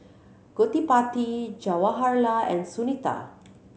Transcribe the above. Gottipati Jawaharlal and Sunita